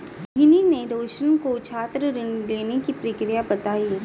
मोहिनी ने रोशनी को छात्र ऋण लेने की प्रक्रिया बताई